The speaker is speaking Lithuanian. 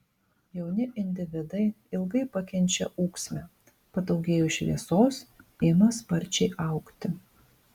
jauni individai ilgai pakenčia ūksmę padaugėjus šviesos ima sparčiai augti